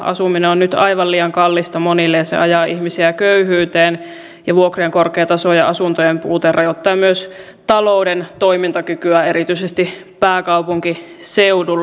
asuminen on nyt aivan liian kallista monille ja se ajaa ihmisiä köyhyyteen ja vuokrien korkea taso ja asuntojen puute rajoittavat myös talouden toimintakykyä erityisesti pääkaupunkiseudulla